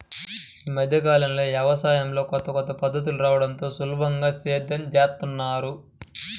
యీ మద్దె కాలంలో యవసాయంలో కొత్త కొత్త పద్ధతులు రాడంతో సులభంగా సేద్యం జేత్తన్నారు